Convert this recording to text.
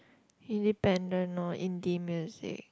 independent lor indie music